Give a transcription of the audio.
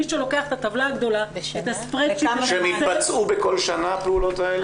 מי שלוקח את הטבלה הגדולה --- שהן יתבצעו בכל שנה הפעולות האלה?